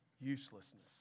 uselessness